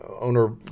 owner